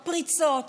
פריצות,